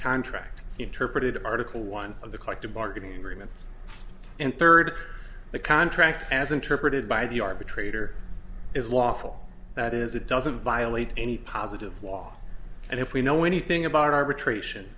contract interpreted article one of the collective bargaining agreement and third the contract as interpreted by the arbitrator is lawful that is it doesn't violate any positive law and if we know anything about arbitration